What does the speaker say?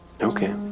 Okay